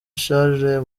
charles